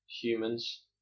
Humans